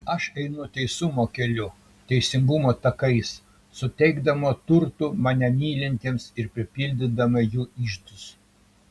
aš einu teisumo keliu teisingumo takais suteikdama turtų mane mylintiems ir pripildydama jų iždus